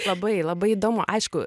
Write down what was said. labai labai įdomu aišku